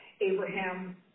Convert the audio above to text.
Abraham